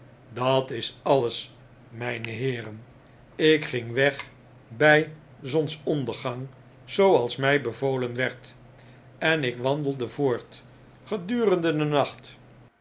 dat is alles mijne heeren ik ging wegby zonsondergang zooals mjj bevolen werd en ik wandelde voort gedurende den nacht